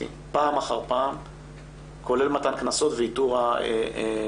הגרפיטי פעם אחר פעם כולל מתן קנסות ואיתור הפורעים.